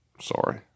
sorry